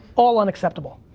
all unacceptable.